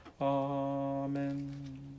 Amen